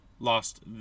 Lost